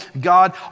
God